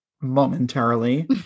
momentarily